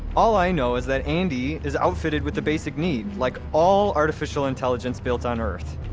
all i know is that andi is outfitted with the basic need, like all artificial intelligence built on earth.